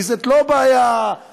כי זאת לא בעיה המונית,